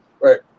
Right